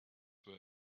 were